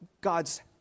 God's